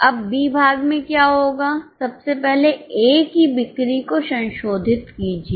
अब बी भाग में क्या होगा सबसे पहले ए की बिक्री को संशोधित कीजिए